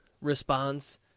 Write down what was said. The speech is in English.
responds